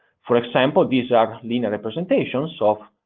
for example, these are linear representations of